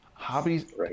Hobbies